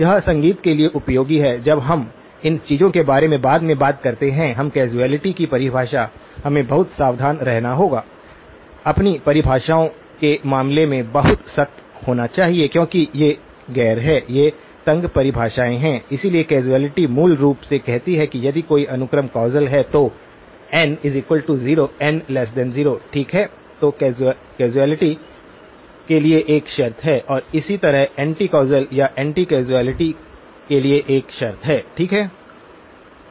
यह संगति के लिए उपयोगी है जब हम इन चीजों के बारे में बाद में बात करते हैं अब कौसालिटी की परिभाषा हमें बहुत सावधान रहना होगा अपनी परिभाषाओं के मामले में बहुत सख्त होना चाहिए क्योंकि ये गैर हैं ये तंग परिभाषाएँ हैं इसलिए कौसालिटी मूल रूप से कहती है कि यदि कोई अनुक्रम कौसल है तो n 0 n 0 ठीक है जो कौसालिटी के लिए एक शर्त है और इसी तरह एंटी कौसल या एंटी कौसालिटी के लिए एक शर्त है ठीक है